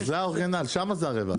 זה האורגינל, שם הרווח.